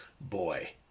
Boy